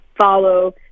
follow